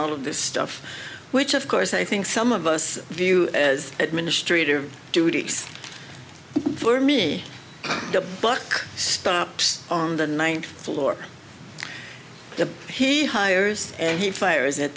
all of this stuff which of course i think some of us view as administrative duties for me the buck stops on the ninth floor he hires and he fires at